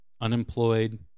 unemployed